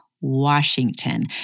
Washington